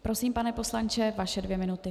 Prosím, pane poslanče, vaše dvě minuty.